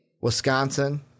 Wisconsin